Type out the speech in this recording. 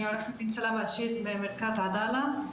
אני עורכת דין סלאם ארשייד במרכז עדאללה.